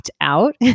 out